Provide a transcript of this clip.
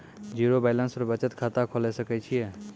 Zero balance पर बचत खाता खोले सकय छियै?